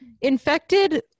infected